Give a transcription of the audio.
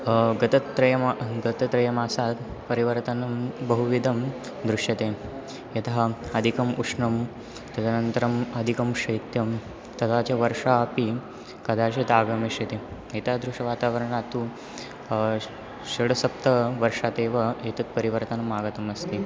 गतत्रयमासे गतत्रयमासात् परिवर्तनं बहुविधं दृश्यते यतः अधिकम् उष्णं तदनन्तरम् अधिकं शैत्यं तथा च वर्षः अपि कदाचित् आगमिष्यति एतादृशवातावरणं तु षट् सप्त वर्षात् एव एतत् परिवर्तनम् आगतम् अस्ति